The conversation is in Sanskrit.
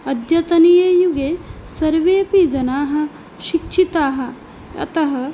अद्यतनीययुगे सर्वेऽपि जनाः शिक्षिताः अतः